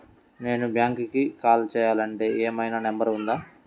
నేను బ్యాంక్కి కాల్ చేయాలంటే ఏమయినా నంబర్ ఉందా?